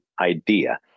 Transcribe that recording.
idea